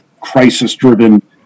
crisis-driven